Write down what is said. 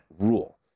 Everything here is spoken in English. Rule